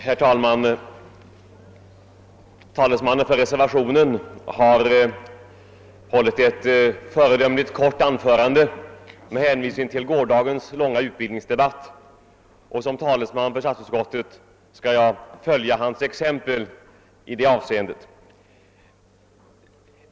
Herr talman! Reservanternas talesman har hållit ett föredömligt kort anförande med hänvisning till gårdagens långa utbildningsdebatt, och som talesman för statsutskottet skall jag följa hans exempel i det avseendet.